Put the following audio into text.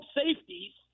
safeties